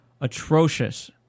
atrocious